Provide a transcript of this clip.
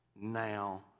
now